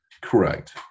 Correct